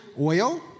oil